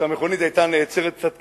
כשהמכונית היתה נעצרת קצת קדימה,